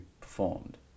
performed